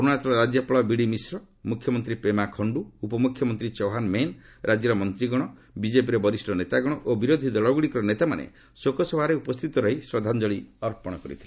ଅରୁଣାଚଳ ରାଜ୍ୟପାଳ ବିଡି ମିଶ୍ର ମୁଖ୍ୟମନ୍ତ୍ରୀ ପ୍ରେମା ଖଣ୍ଡୁ ଉପମୁଖ୍ୟମନ୍ତ୍ରୀ ଚୌୱାନା ମେନ୍ ରାଜ୍ୟର ମନ୍ତ୍ରୀଗଣ ବିଜେପିର ବରିଷ୍ଠ ନେତାଗଣ ଓ ବିରୋଧୀ ଦଳଗୁଡ଼ିକର ନେତାମାନେ ଶୋକସଭାରେ ଉପସ୍ଥିତ ରହି ଶ୍ରଦ୍ଧାଞ୍ଚଳି ଅର୍ପଣ କରିଥିଲେ